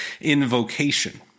invocation